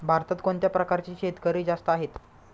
भारतात कोणत्या प्रकारचे शेतकरी जास्त आहेत?